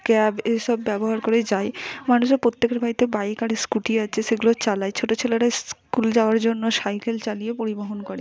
cab এসব ব্যবহার করে যায় মানুষের প্রত্যেকের বাড়িতে বাইক আর স্কুটি আছে সেগুলো চালায় ছোটো ছেলেরা স্কুল যাওয়ার জন্য সাইকেল চালিয়ে পরিবহন করে